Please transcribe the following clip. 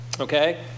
Okay